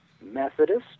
Methodist